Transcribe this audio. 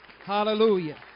Hallelujah